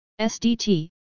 SDT